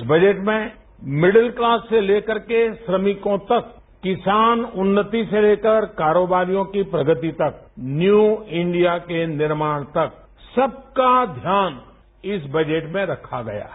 इस बजट में middle class से लेकर के श्रमिकों तक किसान उन्नति से लेकर कारोबारियों की प्रगति तक न्यू इंडिया के निर्माण तक सबका नाम इस बजट में रहा है